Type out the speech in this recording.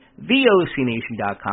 VOCNation.com